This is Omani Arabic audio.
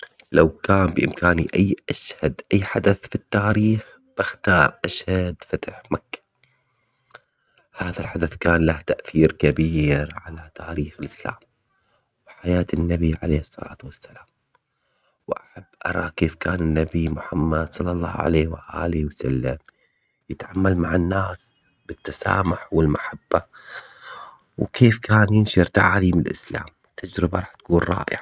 لو كان بامكاني اي اسعد اي حدث في التاريخ بختار اشهد فتح مكة. هذا الحدث كان له تأثير كبير على تاريخ الاسلام. وحياة النبي عليه الصلاة والسلام. واحب ارى كيف كان النبي محمد صلى الله عليه واله يتعامل مع الناس بالتسامح والمحبة. وكيف كان ينشر تعاليم الاسلام? تجربة راح تكون رائعة